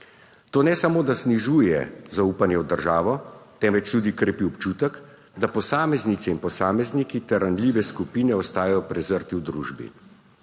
To ne samo da znižuje zaupanje v državo, temveč tudi krepi občutek, da posameznice in posamezniki ter ranljive skupine ostajajo prezrti v družbi.